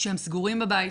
כשהם סגורים בבית,